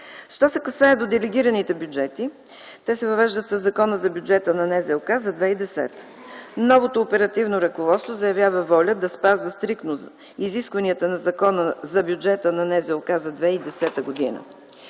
Що се касае до делегираните бюджети, те се въвеждат със Закона за бюджета на НЗОК за 2010 г. Новото оперативно ръководство заявява воля да спазва стриктно изискванията на Закона за бюджета на НЗОК за 2010 г.,